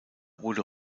wurde